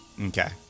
Okay